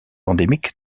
endémique